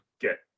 get